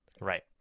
right